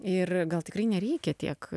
ir gal tikrai nereikia tiek